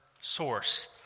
source